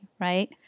right